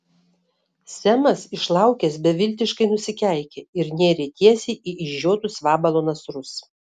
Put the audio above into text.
semas išlaukęs beviltiškai nusikeikė ir nėrė tiesiai į išžiotus vabalo nasrus